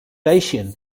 dacian